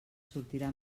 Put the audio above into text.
sortirà